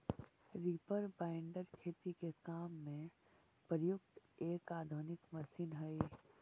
reaper binder खेती के काम में प्रयुक्त एक आधुनिक मशीन हई